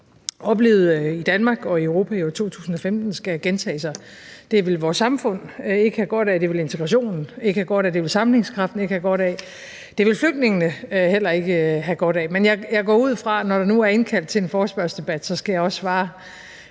oplevede i Danmark og i Europa i år 2015, skal gentage sig. Det vil vores samfund ikke have godt af, det vil integrationen ikke have godt af, det vil sammenhængskraften ikke have godt af, det vil flygtningene heller ikke have godt af. Men jeg går ud fra, at når der nu er indkaldt til en forespørgselsdebat, skal jeg også svare